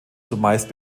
zumeist